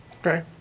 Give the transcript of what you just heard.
Okay